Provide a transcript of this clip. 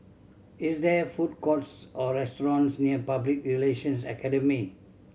is there food courts or restaurants near Public Relations Academy